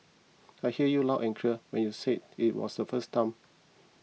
I hear you loud and clear when you said it the first time